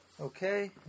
okay